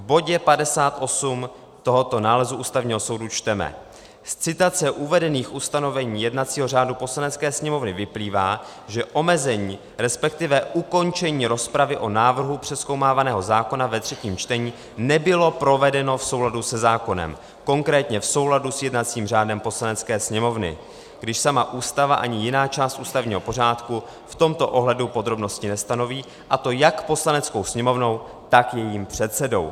V bodě 58 tohoto nálezu Ústavního soudu čteme: Z citace uvedených ustanovení jednacího řádu Poslanecké sněmovny vyplývá, že omezení, respektive ukončení rozpravy o návrhu přezkoumávaného zákona ve třetím čtení nebylo provedeno v souladu se zákonem, konkrétně v souladu s jednacím řádem Poslanecké sněmovny, když sama Ústava ani jiná část ústavního pořádku v tomto ohledu podrobnosti nestanoví, a to jak Poslaneckou sněmovnou, tak jejím předsedou.